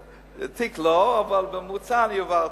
ותיק לא, אבל את הממוצע אני עברתי.